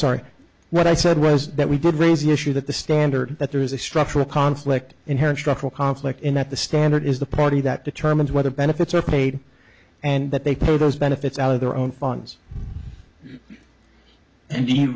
sorry what i said was that we did raise the issue that the standard that there is a structural conflict inherent structural conflict in that the standard is the party that determines whether benefits are paid and that they throw those benefits out of their own funds and